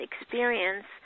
experience